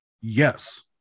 Yes